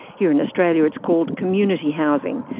here in australia it's called community housing,